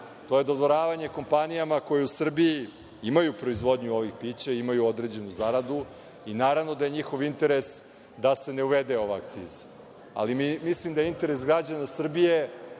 To je dodvoravanje kompanijama koje u Srbiji imaju proizvodnju ovih pića i imaju određenu zaradu i naravno da je njihov interes da se ne uvede ova akciza. Ali, mislim da je interes građana Srbije